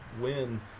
win